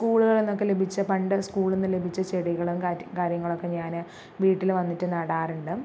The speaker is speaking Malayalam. സ്കൂളുകളിൽ നിന്നൊക്കെ ലഭിച്ച പണ്ട് സ്കൂള്ന്ന് ലഭിച്ച ചെടികളും കാര്യങ്ങളൊക്കെ ഞാൻ വീട്ടിൽ വന്നിട്ട് നടാറുണ്ട്